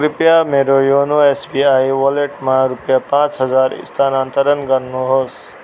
कृपया मेरो YONO SBI वालेटमा रुपियाँ पाँच हजार स्थानान्तरण गर्नुहोस्